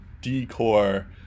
decor